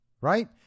right